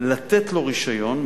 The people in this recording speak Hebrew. לתת לו רשיון,